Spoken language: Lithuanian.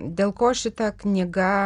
dėl ko šita knyga